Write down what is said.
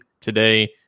today